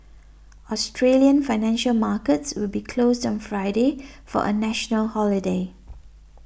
Australian financial markets will be closed on Friday for a national holiday